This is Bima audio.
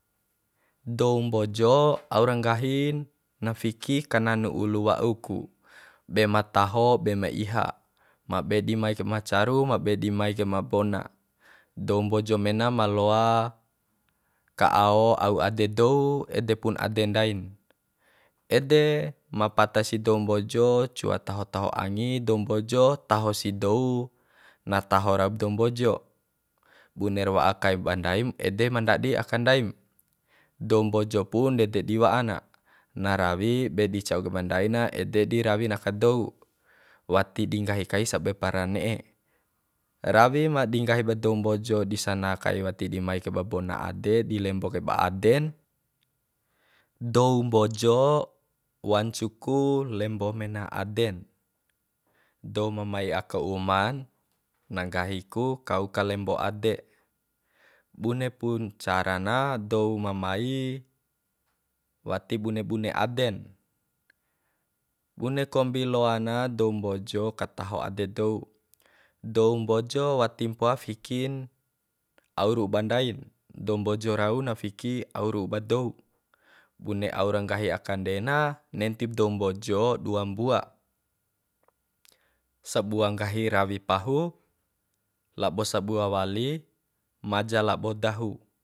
Dou mbojo aura nggahin na fiki kananu ulu wa'u ku be ma taho be ma iha ma be di mai kaiba caru ma be dimai kaib ma bona dou mbojo mena ma loa ka ao au ade dou ede pun ade ndain ede ma pata si dou mbojo cua taho taho angi dou mbojo taho si dou na taho raup dou mbojo buner wa'a kaib ndai mu ede ma ndadi aka ndaim dou mbojo pun ede di wa'an na rawi be di ca'u kaiba ndai na ede di rawin aka dou wati di nggahi kai sabebra ne'e rawi ma di nggahi ba dou mbojo di sana kai wati di mai kai ba bona ade di lembo kai ba aden dou mbojo wancu ku lembo mena aden dou ma mai aka uman na nggahi ku kau kalembo ade bune pun cara na dou ma mai wati bune bune aden bune kambi loa na dou mbojo ka taho ade dou dou mbojo wati mpoa fikin au ru ba ndain dao mbojo rau na fiki au ru ba dou bune au ra nggahi akande na nentib dou mbojo dua mbua sabua nggahi rawi pahu labo sabua wali maja labo dahu